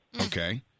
Okay